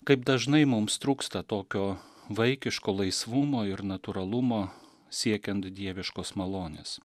kaip dažnai mums trūksta tokio vaikiško laisvumo ir natūralumo siekiant dieviškos malonės